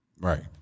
Right